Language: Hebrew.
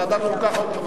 ועדת החוקה, חוק ומשפט.